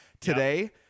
today